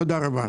תודה רבה.